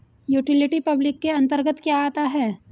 Utility public के अंतर्गत क्या आता है?